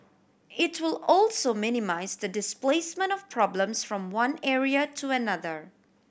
it will also minimise the displacement of problems from one area to another